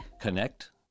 Connect